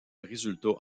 résultat